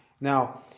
Now